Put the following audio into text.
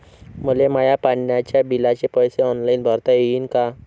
मले माया पाण्याच्या बिलाचे पैसे ऑनलाईन भरता येईन का?